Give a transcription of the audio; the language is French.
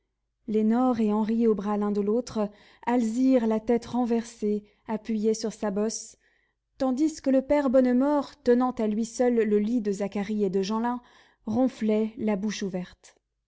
lénore et henri aux bras l'un de l'autre alzire la tête renversée appuyée sur sa bosse tandis que le père bonnemort tenant à lui seul le lit de zacharie et de jeanlin ronflait la bouche ouverte